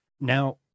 Now